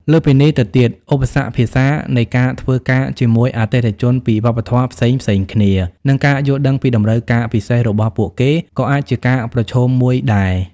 លើសពីនេះទៅទៀត ឧបសគ្គភាសា នៃការធ្វើការជាមួយអតិថិជនពីវប្បធម៌ផ្សេងៗគ្នា និងការយល់ដឹងពីតម្រូវការពិសេសរបស់ពួកគេក៏អាចជាការប្រឈមមួយដែរ។